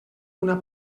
una